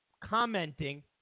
commenting